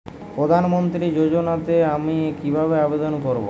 প্রধান মন্ত্রী যোজনাতে আমি কিভাবে আবেদন করবো?